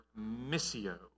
missio